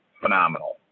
phenomenal